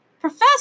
Professor